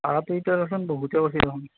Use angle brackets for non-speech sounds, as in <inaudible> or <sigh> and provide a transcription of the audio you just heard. <unintelligible> বহুতে কৈছে দেখুন